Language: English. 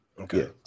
Okay